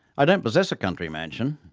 i don't possess a country mansion,